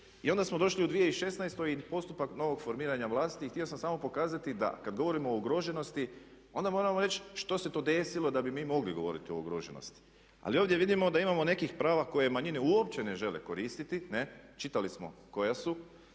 I onda smo došli u 2016. i postupak novog formiranja vlasti i htio sam samo pokazati da kad govorimo o ugroženosti onda moramo reći što se to desilo da bi mi mogli govoriti o ugroženosti. Ali ovdje vidimo da imamo nekih prava koje manjine uopće ne žele koristiti, čitali smo koja su.